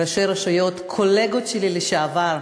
ראשי רשויות, קולגות שלי לשעבר,